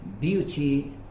Beauty